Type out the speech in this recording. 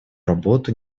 работу